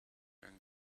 and